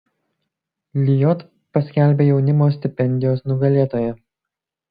lijot paskelbė jaunimo stipendijos nugalėtoją